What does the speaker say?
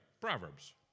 Proverbs